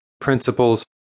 principles